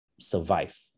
survive